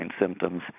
symptoms